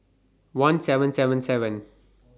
one seven seven seven